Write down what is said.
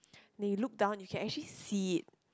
then you look down you can actually see it